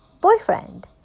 boyfriend